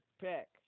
pick